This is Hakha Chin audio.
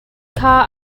kha